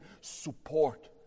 support